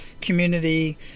community